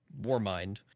Warmind